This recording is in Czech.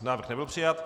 Návrh nebyl přijat.